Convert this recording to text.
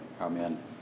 Amen